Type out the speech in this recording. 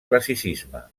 classicisme